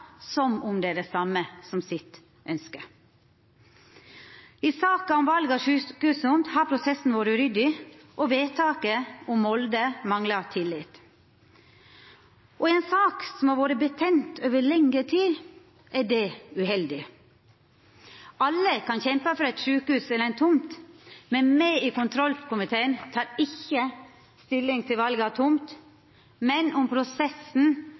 som om alle er einige, og tilsynelatande oppnå eit resultat som er det same som eige ynske. I saka om val av sjukehustomt har prosessen vore uryddig, og vedtaket om Molde manglar tillit. I ei sak som har vore betent over lengre tid, er det uheldig. Alle kan kjempa for eit sjukehus eller ei tomt. Me i kontrollkomiteen tek ikkje stilling til val av tomt, men til om prosessen